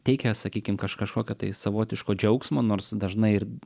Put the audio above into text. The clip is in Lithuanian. teikia sakykim kaš kažkokio savotiško džiaugsmo nors dažnai ir